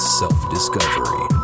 self-discovery